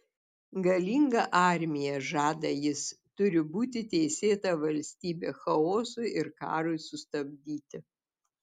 galinga armija žada jis turi būti teisėta vadovybė chaosui ir karui sustabdyti